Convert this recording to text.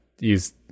use